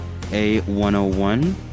a101